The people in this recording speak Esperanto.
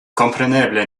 kompreneble